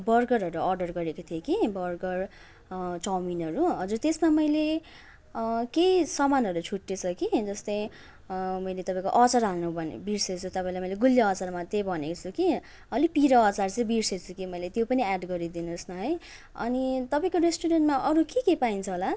बर्गरहरू अर्डर गरेको थिएँ कि बर्गर चौमिनहरू हजुर त्यसमा मैले केही सामानहरू छुटेछ कि जस्तै मैले तपाईँको अचार हाल्नु भन् बिर्सेछ तपाईँलाई मैले गुलियो अचार मात्रै भनेछु कि अलि पिरो अचार चाहिँ बिर्सेछु कि त्यो पनि एड गरिदिनुस् न है अनि तपाईँको रेस्टुरेन्टमा अरू के के पाइन्छ होला